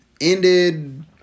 ended